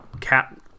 Cat